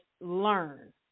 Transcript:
learn